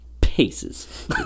Paces